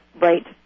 right